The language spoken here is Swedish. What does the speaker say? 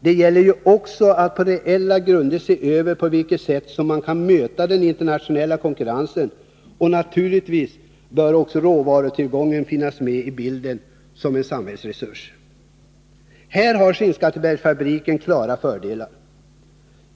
Det gäller också att på reella grunder se över på vilket sätt man kan möta den internationella konkurrensen. Naturligtvis bör också råvarutillgången finnas med i bilden som en samhällsresurs. Här har Skinnskattebergsfabriken klara fördelar.